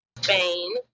Spain